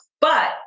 But-